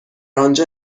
آنجا